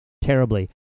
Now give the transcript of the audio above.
terribly